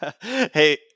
Hey